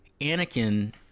Anakin